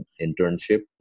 internship